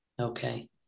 Okay